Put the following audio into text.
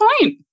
point